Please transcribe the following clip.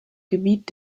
gebiet